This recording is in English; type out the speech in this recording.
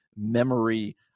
memory